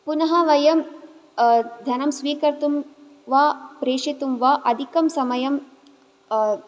पुनः वयं धनं स्वीकर्तुं वा प्रेषितुं वा अधिकं समयम्